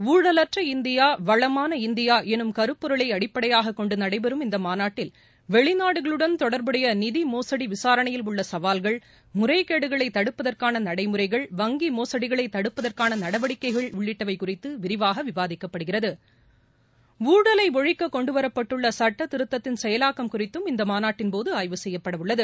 ஊழலற்ற இந்தியா வளமான இந்தியா என்ற கருப்பொருளை அடிப்படையாக கொண்டு நடைபெறும் இந்த மாநாட்டில் வெளிநாடுகளுடன் தொடர்புடைய நிதி மோசுடி விசாரணையில் உள்ள சவால்கள் முறைகேடுகளை தடுப்பதற்கான நடைமுறைகள் வங்கி மோசுடிகளை தடுப்பதற்கான நடவடிக்கைகள் உள்ளிட்டவை குறித்து விரிவாக விவாதிக்கப்படுகிறது ஊழலை ஒழிக்க கொண்டு வரப்பட்டுள்ள சுட்டதிருத்தத்தின் செயலாக்கம் குறித்தும் இந்த மாநாட்டின் போது ஆய்வு செய்யப்படவுள்ளது